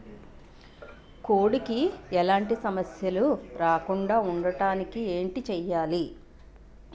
కోడి కి ఎలాంటి సమస్యలు రాకుండ ఉండడానికి ఏంటి చెయాలి?